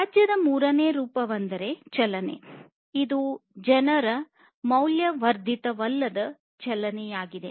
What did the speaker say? ತ್ಯಾಜ್ಯದ ಮೂರನೇ ರೂಪವೆಂದರೆ ಚಲನೆ ಇದು ಜನರ ಮೌಲ್ಯವರ್ಧಿತವಲ್ಲದ ಚಲನೆಯಾಗಿದೆ